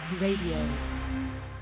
Radio